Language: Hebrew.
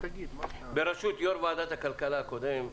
-- בראשות יו"ר ועדת הכלכלה הקודם,